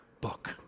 book